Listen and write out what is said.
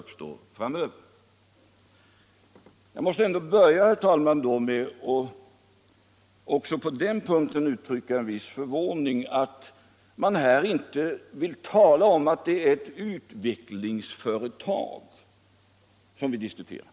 Får jag även i denna del börja med att uttrycka en viss förvåning över att man här inte vill medge att det är ett utvecklingsföretag vi diskuterar.